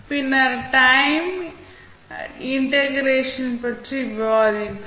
பின்னர் time integration பற்றி விவாதித்தோம்